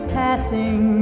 passing